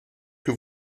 que